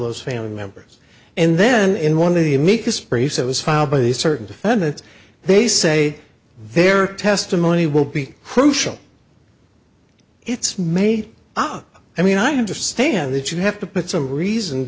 those family members and then in one of the amicus briefs that was filed by the certain defendants they say their testimony will be crucial it's made up i mean i understand that you have to put some reason